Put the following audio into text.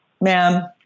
ma'am